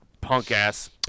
punk-ass